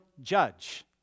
judge